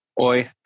Oi